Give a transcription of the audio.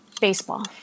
Baseball